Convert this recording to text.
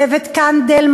צוות קנדל,